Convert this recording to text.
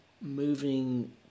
moving